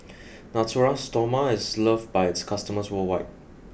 Natura Stoma is loved by its customers worldwide